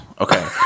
okay